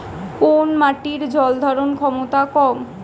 কোন মাটির জল ধারণ ক্ষমতা কম?